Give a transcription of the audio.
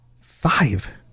Five